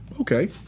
Okay